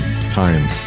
time